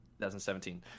2017